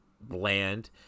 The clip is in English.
bland